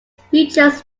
features